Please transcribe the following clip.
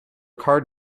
card